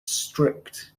strict